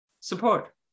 support